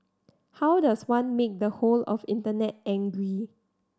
how does one make the whole of Internet angry